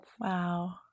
Wow